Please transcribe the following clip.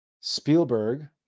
Spielberg